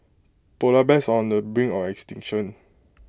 Polar Bears on the brink of extinction